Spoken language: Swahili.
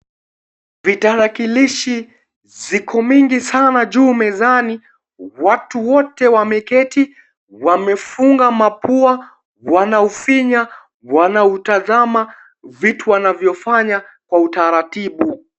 Vitarakilishi ziko mingi sana juu mezani, watu wote wameketi wamefunga mapua, wanaufinya wanautazama vitu wanavyofanya kwa utaratibu.